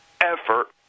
effort